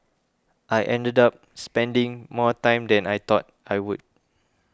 I ended up spending more time than I thought I would